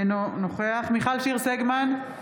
אינו נוכח מיכל שיר סגמן,